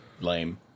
Lame